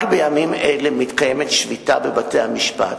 רק בימים אלה מתקיימת שביתה בבתי-המשפט,